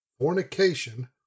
Fornication